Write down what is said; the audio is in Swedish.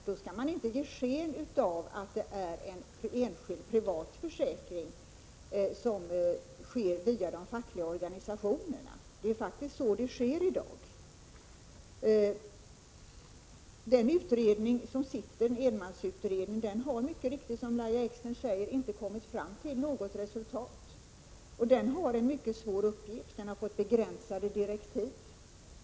Då skall man inte ge sken av att det är en enskild privat försäkring som tecknas via de fackliga organisationerna. Det är faktiskt så det går till i dag. Den enmansutredning som är tillsatt har mycket riktigt, som Lahja Exner säger, inte kommit fram till något resultat. Denna utredning har en mycket svår uppgift, och den har fått begränsade direktiv.